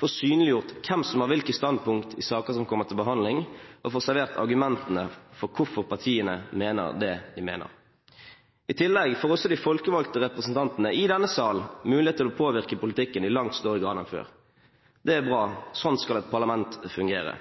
får synliggjort hvem som har hvilke standpunkt i saker som kommer til behandling, og får servert argumentene for hvorfor partiene mener det de mener. I tillegg får også de folkevalgte representantene i denne sal mulighet til å påvirke politikken i langt større grad enn før. Det er bra. Sånn skal et parlament fungere.